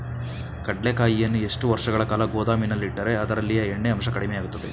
ಕಡ್ಲೆಕಾಯಿಯನ್ನು ಎಷ್ಟು ವರ್ಷಗಳ ಕಾಲ ಗೋದಾಮಿನಲ್ಲಿಟ್ಟರೆ ಅದರಲ್ಲಿಯ ಎಣ್ಣೆ ಅಂಶ ಕಡಿಮೆ ಆಗುತ್ತದೆ?